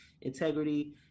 integrity